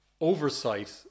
oversight